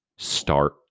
Start